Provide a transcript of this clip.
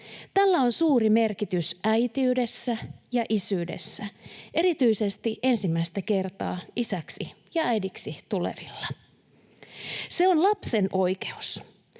Tällä on suuri merkitys äitiydessä ja isyydessä erityisesti ensimmäistä kertaa isäksi ja äidiksi tulevilla. Se on lapsen oikeus.